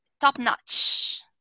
top-notch